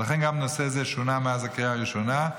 ולכן גם הנושא הזה שונה מאז הקריאה הראשונה.